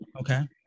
Okay